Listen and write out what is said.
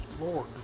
Lord